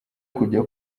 kujya